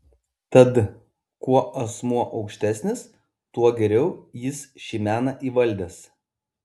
tad kuo asmuo aukštesnis tuo geriau jis šį meną įvaldęs